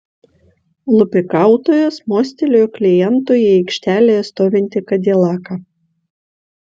lupikautojas mostelėjo klientui į aikštelėje stovintį kadilaką